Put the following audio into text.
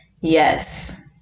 yes